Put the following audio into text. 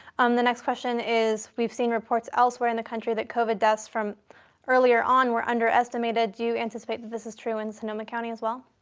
um the next question is we've seen reports elsewhere in the country that covid deaths from earlier on were underestimated. do you anticipate that this is true in sonoma county as well?